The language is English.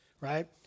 right